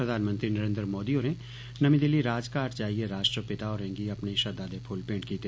प्रधानमंत्री नरेन्द्र मोदी होरें नमीं दिल्ली राजघाट जाईयै राष्ट्रपिता होरें गी अपने श्रद्वा दे फुल्ल मेंट कीते